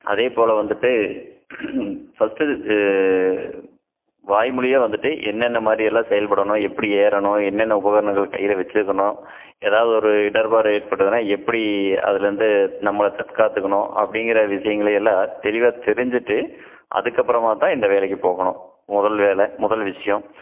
அதேப்போல் வந்துட்டு ஃபஸ்ட்டு இதுக்கு வாய்மொழியாக வந்துட்டு என்னென்ன மாதிரியெல்லாம் செயல்படணும் எப்படி ஏறணும் என்னென்ன உபகரணங்கள் கையில் வச்சுருக்கணும் ஏதாவது ஒரு இடர்பாடு ஏற்பட்டுதுன்னால் எப்படி அதிலருந்து நம்மளை தற்காத்துக்கணும் அப்படிங்கிற விஷயங்களை எல்லாம் தெளிவாக தெரிஞ்சுட்டு அதுக்கப்புறமாதான் இந்த வேலைக்கு போகணும் முதல் வேலை முதல் விஷயம்